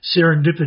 Serendipity